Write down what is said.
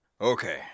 okay